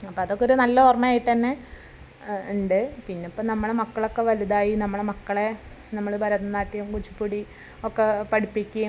അപ്പോൾ അതൊക്കെ ഒരു നല്ല ഓർമ്മയായിട്ടുതന്നെ ഉണ്ട് പിന്നെയിപ്പം നമ്മളെ മക്കളൊക്കെ വലുതായി നമ്മളെ മക്കളെ നമ്മൾ ഭരതനാട്യം കുച്ചിപ്പുടി ഒക്കെ പഠിപ്പിക്കുകയും